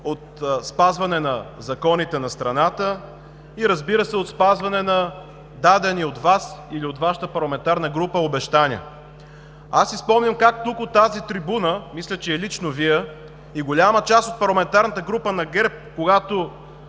за спазване на законите на страната и разбира се, за спазване на дадени от Вас или от Вашата парламентарна група обещания. Аз си спомням как тук, от тази трибуна, мисля, че лично Вие и голяма част от парламентарната група на ГЕРБ, когато,